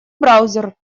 браузер